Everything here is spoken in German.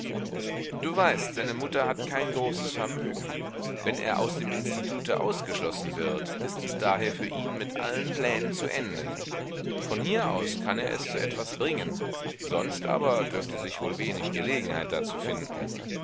du weißt seine mutter hat kein großes vermögen wenn er aus dem institute ausgeschlossen wird ist es daher für ihn mit allen plänen zu ende von hier aus kann er es zu etwas bringen sonst aber dürfte sich wohl wenig gelegenheit dazu finden